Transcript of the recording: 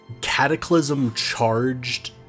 cataclysm-charged